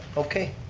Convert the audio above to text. okay,